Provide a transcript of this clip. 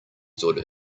stood